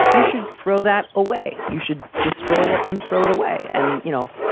you should throw that away. you should destroy it and throw it away. and, you know,